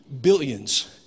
billions